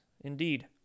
Indeed